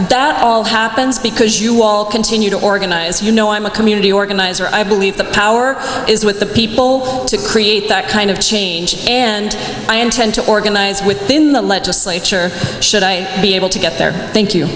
that all happens be as you all continue to organize you know i'm a community organizer i believe the power is with the people to create that kind of change and i intend to organize within the legislature should i be able to get there thank you